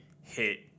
hit